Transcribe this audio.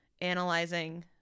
analyzing